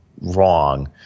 wrong